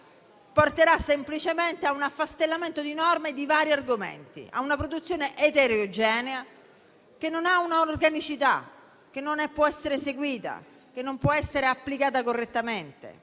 porterà semplicemente a un affastellamento di norme di vari argomenti, a una produzione eterogenea che non ha un'organicità e che non può essere né eseguita, né applicata correttamente.